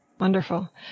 Wonderful